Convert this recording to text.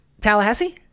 Tallahassee